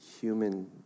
human